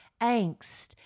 angst